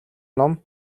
ном